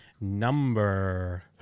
number